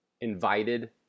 invited